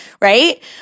right